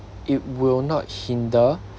it will not hinder